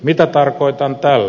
mitä tarkoitan tällä